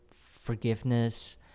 forgiveness